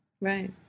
Right